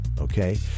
okay